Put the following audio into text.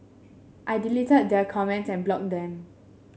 I deleted their comments and blocked them